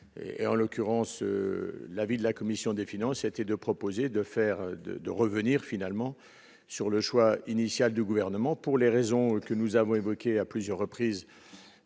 En l'occurrence, la commission des finances a choisi de revenir sur le choix initial du Gouvernement, pour les raisons que nous avons évoquées à plusieurs reprises